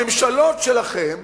הממשלות שלכם